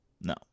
No